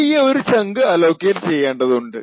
വലിയ ഒരു chunk allocate ചെയ്യേണ്ടതുണ്ട്